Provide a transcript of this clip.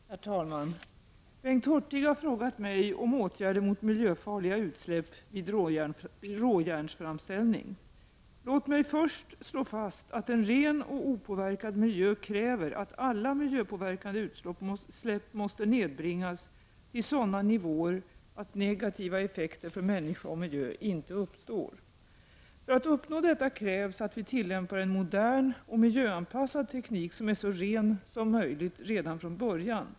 Herr talman! Bengt Hurtig har frågat mig om åtgärder mot miljöfarliga utsläpp vid råjärnsframställning. Låt mig först bara slå fast att en ren och opåverkad miljö kräver att alla miljöpåverkande utsläpp måste nedbringas till sådana nivåer att negativa effekter för människa och miljö inte uppstår. För att uppnå detta krävs att vi tillämpar en modern och miljöanpassad teknik, som är så ren som möjligt redan från början.